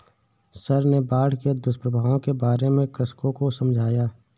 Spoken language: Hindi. सर ने बाढ़ के दुष्प्रभावों के बारे में कृषकों को समझाया